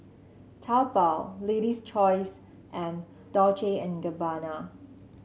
Taobao Lady's Choice and Dolce and Gabbana